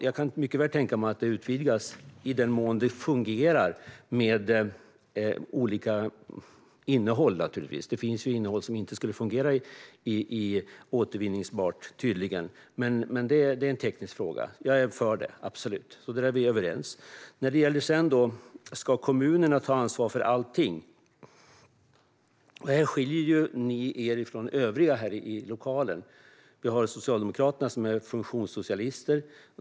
Jag kan mycket väl tänka mig att det utvidgas i den mån det fungerar med olika innehåll, naturligtvis. Det finns tydligen innehåll som inte skulle fungera för återvinning, men det är en teknisk fråga. Jag är för detta - absolut. Där är vi överens. Ska kommunerna ta ansvar för allting? Här skiljer ni er från övriga här i lokalen. Vi har Socialdemokraterna, som är funktionssocialister.